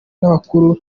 n’abakuru